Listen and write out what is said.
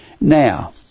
Now